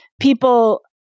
people